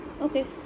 okay